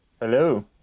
Hello